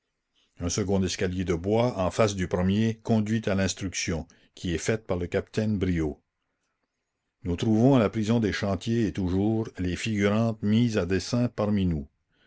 un second escalier de bois en face du premier conduit à l'instruction qui est faite par le capitaine briot nous trouvons à la prison des chantiers et toujours les figurantes mises à dessein parmi nous